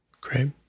Great